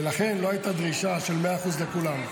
ולכן לא הייתה דרישה של 100% לכולם,